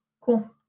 cool